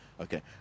Okay